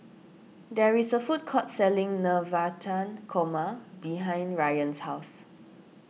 there is a food court selling Navratan Korma behind Ryann's house